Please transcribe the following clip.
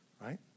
Right